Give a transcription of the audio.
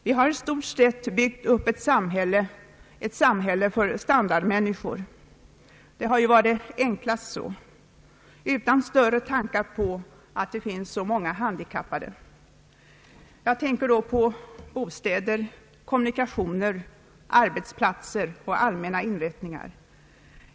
Vi har i stort sett byggt upp ett samhälle för standardmänniskor — det har varit enklast så — utan större tankar på att det finns så många handikappade. Jag tänker då på bostäder, kommunikationer, arbetsplatser och allmänna inrättningar.